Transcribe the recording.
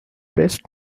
best